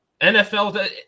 NFL